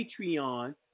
Patreon